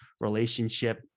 relationship